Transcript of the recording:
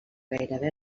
gairebé